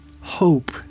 Hope